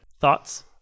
thoughts